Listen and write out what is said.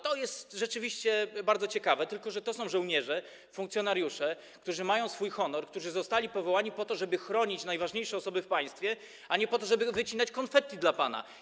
To jest rzeczywiście bardzo ciekawe, tylko że to są żołnierze, funkcjonariusze, którzy mają swój honor, którzy zostali powołani po to, żeby chronić najważniejsze osoby w państwie, a nie po to, żeby wycinać konfetti dla pana.